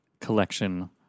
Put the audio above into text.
collection